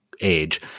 age